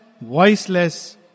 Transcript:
voiceless